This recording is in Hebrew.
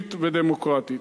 יהודית ודמוקרטית.